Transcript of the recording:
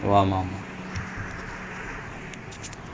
well if you pay so much to watch fifty seconds